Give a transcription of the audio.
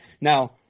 Now